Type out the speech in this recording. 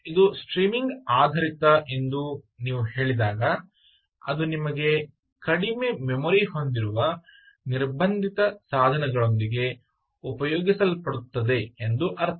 ಆದ್ದರಿಂದ ಇದು ಸ್ಟ್ರೀಮಿಂಗ್ ಆಧಾರಿತ ಎಂದು ನೀವು ಹೇಳಿದಾಗ ಅದು ನಿಮಗೆ ಕಡಿಮೆ ಮೆಮೊರಿ ಹೊಂದಿರುವ ನಿರ್ಬಂಧಿತ ಸಾಧನಗಳೊಂದಿಗೆ ಉಪಯೋಗಿಸಲ್ಪಡುತ್ತದೆ ಎಂದು ಅರ್ಥ